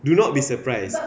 do not be surprised